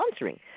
sponsoring